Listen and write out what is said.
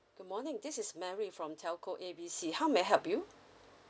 good morning this is mary from telco A B C how may I help you